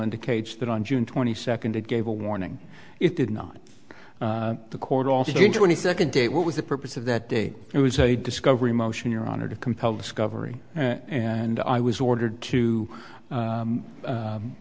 indicates that on june twenty second it gave a warning it did not the court also came to any second day what was the purpose of that date it was a discovery motion your honor to compel discovery and i was ordered to